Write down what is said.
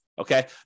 Okay